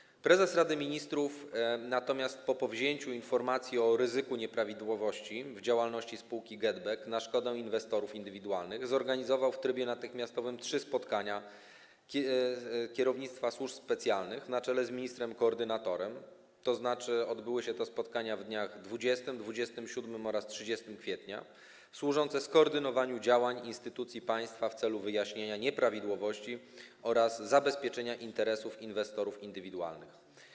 Natomiast prezes Rady Ministrów po powzięciu informacji o ryzyku nieprawidłowości w działalności spółki GetBack na szkodę inwestorów indywidualnych zorganizował w trybie natychmiastowym trzy spotkania kierownictwa służb specjalnych na czele z ministrem koordynatorem, tzn. te spotkania odbyły się w dniach 20, 27 oraz 30 kwietnia, służące skoordynowaniu działań instytucji państwa w celu wyjaśnienia nieprawidłowości oraz zabezpieczenia interesów inwestorów indywidualnych.